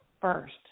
first